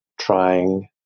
trying